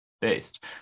based